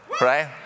right